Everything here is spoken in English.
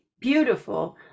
beautiful